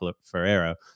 Ferreira